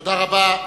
תודה רבה.